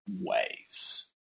ways